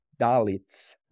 Dalits